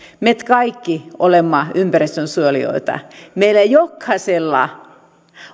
kaikki olemme ympäristönsuojelijoita meillä jokaisella